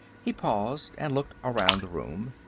he paused and looked around the room.